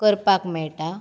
करपाक मेळटा